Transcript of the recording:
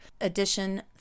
edition